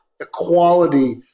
equality